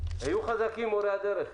יהיו חזקים, מורי הדרך.